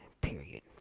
period